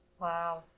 Wow